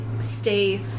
stay